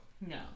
No